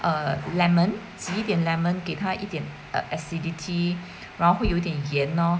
err lemon 挤一点 lemon 给他一点 uh acidity 然后有一点盐 lor